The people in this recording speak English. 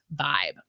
vibe